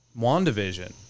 WandaVision